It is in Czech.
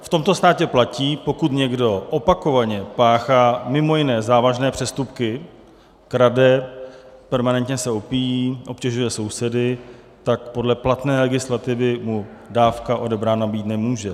V tomto státě platí, pokud někdo opakovaně páchá mimo jiné závažné přestupky, krade, permanentně se opíjí, obtěžuje sousedy, tak podle platné legislativy mu dávka odebrána být nemůže.